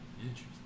Interesting